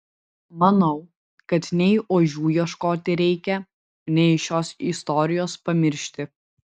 manau kad nei ožių ieškoti reikia nei šios istorijos pamiršti